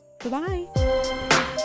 goodbye